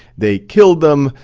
they killed them,